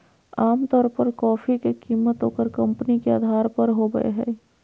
आमतौर पर कॉफी के कीमत ओकर कंपनी के अधार पर होबय हइ